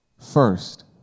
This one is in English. first